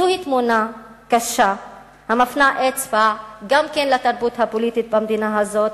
זוהי תמונה קשה המפנה אצבע גם לתרבות הפוליטית במדינה הזאת,